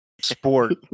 sport